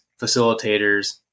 facilitators